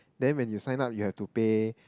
then when you sign up you have to pay